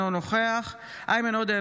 אינו נוכח איימן עודה,